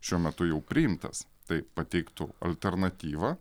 šiuo metu jau priimtas tai pateiktų alternatyvą